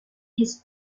his